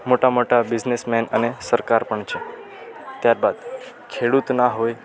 મોટા મોટા businessman અને સરકાર પણ છે ત્યાર બાદ ખેડૂત ન હોય